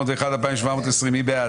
רוויזיה על הסתייגויות 2520-2501, מי בעד?